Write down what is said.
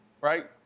right